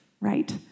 right